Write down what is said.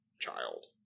child